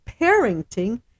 parenting